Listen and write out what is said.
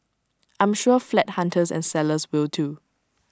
I'm sure flat hunters and sellers will too